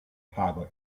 pago